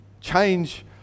change